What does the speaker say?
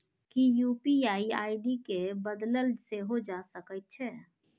कि UPI ID केँ बदलल सेहो जा सकैत छै?